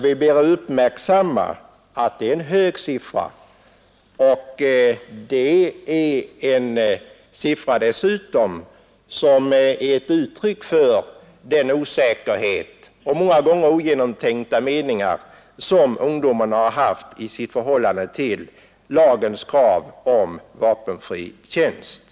Vi bör uppmärksamma att det är en hög siffra, och det är dessutom en siffra som är ett uttryck för den osäkerhet och den många gånger ogenomtänkta mening som ungdomarna haft om lagens krav om vapenfri tjänst.